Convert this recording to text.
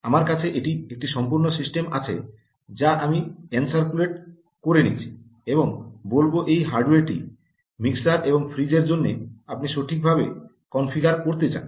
আমার কাছে এটি একটি সম্পূর্ণ সিস্টেম আছে যা আমি এনসার্কুলেট করে নিচ্ছি এবং বলব এই হার্ডওয়্যারটি মিক্সার এবং ফ্রিজের জন্য আপনি সঠিকভাবে কনফিগার করতে চান